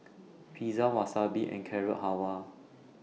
Pizza Wasabi and Carrot Halwa